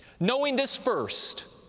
knowing this first,